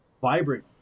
vibrant